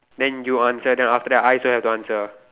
then you answer then after that I also have to answer